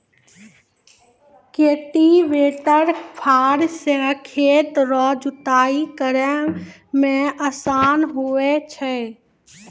cultivator फार से खेत रो जुताइ करै मे आसान हुवै छै